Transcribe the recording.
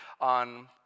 on